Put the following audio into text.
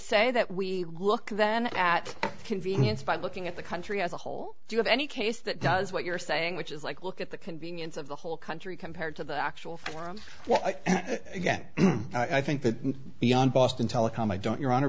say that we look then at convenience by looking at the country as a whole if you have any case that does what you're saying which is like look at the convenience of the whole country compared to the actual forums and again i think that beyond boston telecom i don't your hon